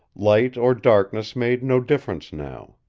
light or darkness made no difference now.